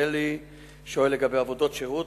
התש"ע,